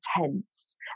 tense